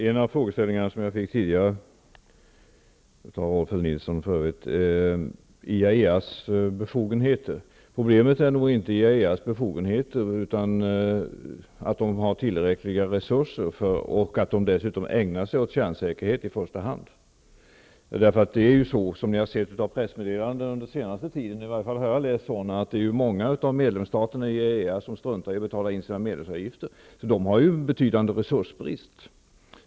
Herr talman! En av de frågor som jag fick tidigare av Rolf L Nilson berörde IAEA:s befogenheter. Problemet är nog inte IAEA:s befogenheter utan frågan om detta organ har tillräckliga resurser och dessutom i första hand ägnar sig åt kärnsäkerhet. Som framgått av pressmeddelanden under den senaste tiden struntar många av IAEA:s medlemsstater i att betala sina medlemsavgifter. IAEA har alltså en betydande resursbrist.